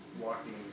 walking